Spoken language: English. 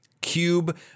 cube